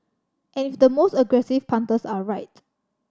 and if the most aggressive punters are right